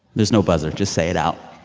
there's no buzzer. just say it out.